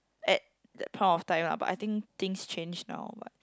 at that point of time lah but I think things change now but